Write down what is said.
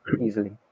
easily